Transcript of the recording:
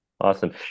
Awesome